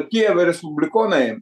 kijeve respublikonai